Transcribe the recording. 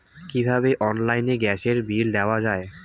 কিভাবে অনলাইনে গ্যাসের বিল দেওয়া যায়?